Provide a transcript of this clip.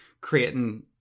creating